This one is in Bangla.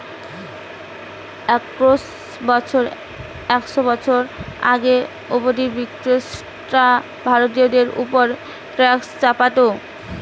একশ বছর আগে অব্দি ব্রিটিশরা ভারতীয়দের উপর ট্যাক্স চাপতো